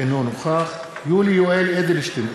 אינו נוכח יולי יואל אדלשטיין,